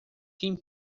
quem